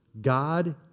God